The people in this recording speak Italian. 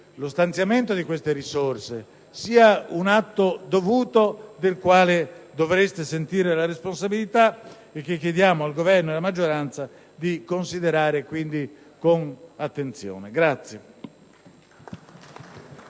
lo stanziamento di queste risorse sia un atto dovuto del quale dovreste sentire la responsabilità e che chiediamo al Governo e alla maggioranza di considerare quindi con attenzione.